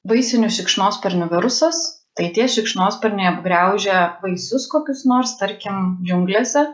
vaisinių šikšnosparnių virusas tai tie šikšnosparniai apgriaužia vaisius kokius nors tarkim džiunglėse